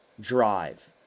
Drive